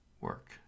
work